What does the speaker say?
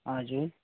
हजुर